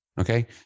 okay